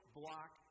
block